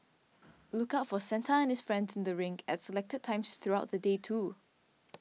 look out for Santa and his friends in the rink at selected times throughout the day too